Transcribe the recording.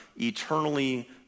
eternally